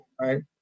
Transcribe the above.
Right